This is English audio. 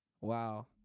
Wow